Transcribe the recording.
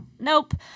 nope